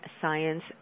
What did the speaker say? Science